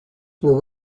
were